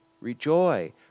rejoice